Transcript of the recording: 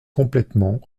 complètement